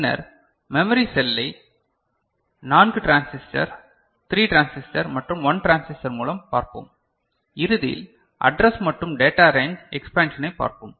பின்னர் மெமரி செல்லை 4 transistor 3 transistor மற்றும் 1 டிரான்சிஸ்டர் மூலம் பார்ப்போம் இறுதியில் அட்ரஸ் மற்றும் டேட்டா ரேஞ்ச் எக்ஸ்பேன்ஷனைப் பார்ப்போம்